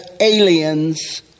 aliens